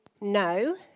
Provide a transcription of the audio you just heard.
No